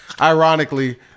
ironically